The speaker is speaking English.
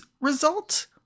result